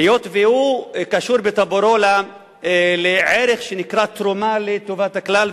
היות שהוא קשור בטבורו לערך שנקרא תרומה לטובת הכלל,